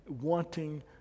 wanting